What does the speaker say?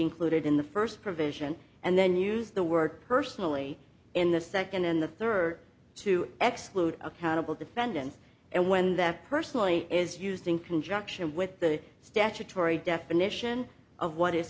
included in the first provision and then use the word personally in the second and the third to ex lewd accountable defendants and when that personally is used in conjunction with the statutory definition of what is